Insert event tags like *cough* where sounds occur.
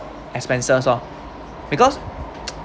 expenses oh because *noise*